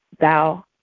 thou